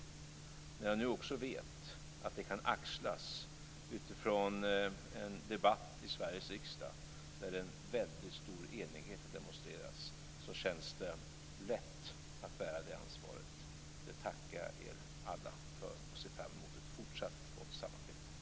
När jag nu också vet att detta kan axlas utifrån en debatt i Sveriges riksdag där en väldigt stor enighet har demonstrerats känns det lätt att bära det ansvaret. Det tackar jag er alla för. Jag ser framemot ett fortsatt gott samarbete.